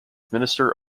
minister